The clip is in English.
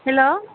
hello